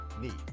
need